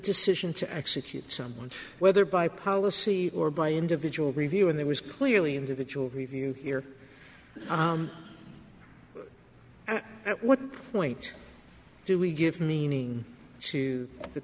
decision to execute someone whether by policy or by individual review and there was clearly individual review here and at what point do we give meaning to the